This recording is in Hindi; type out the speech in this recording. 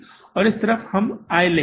और इस तरफ हम आय लेंगे